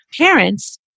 Parents